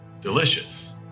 Delicious